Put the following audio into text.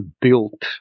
built